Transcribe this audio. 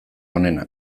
onena